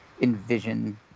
envision